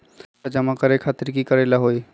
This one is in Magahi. पैसा जमा करे खातीर की करेला होई?